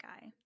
guy